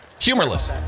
Humorless